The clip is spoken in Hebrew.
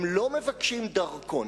הם לא מבקשים דרכון.